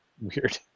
weird